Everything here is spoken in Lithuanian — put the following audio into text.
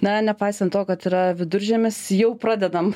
na nepaisant to kad yra viduržiemis jau pradedam